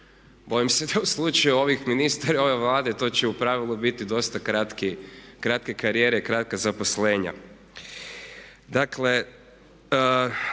Bojim se da u slučaju ovih ministra i ove Vlade to će u pravilu biti dosta kratke karijere, kratka zaposlenja.